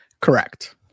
correct